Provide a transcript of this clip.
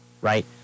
right